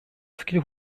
fikri